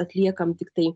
atliekam tiktai